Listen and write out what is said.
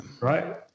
Right